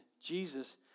Jesus